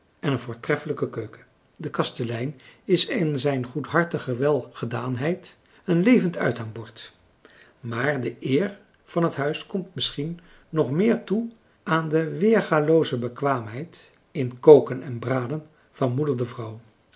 en een voortreffelijke keuken de kastelein is in zijn goedhartige welgedaanheid een levend uithangbord maar de eer van het huis komt misschien nog meer toe aan de weergalooze befrançois haverschmidt familie en kennissen kwaamheid in koken en braden van moeder de vrouw